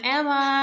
Emma